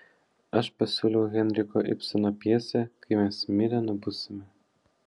aš pasiūliau henriko ibseno pjesę kai mes mirę nubusime